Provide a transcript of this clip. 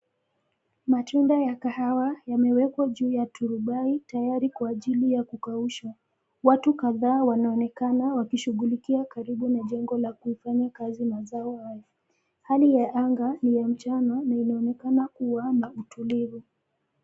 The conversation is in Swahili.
Matunda ya kahawa yamewekwa juu ya turubai tayari kwa ajili ya kukaushwa. Watu kadhaa wanaonekana wakishughulikia karibu na jengo la kuhifadhi mazao yao. Hali ya anga ni ya njano na inaonekana kuwa ya utulivu.